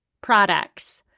products